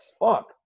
fuck